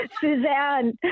Suzanne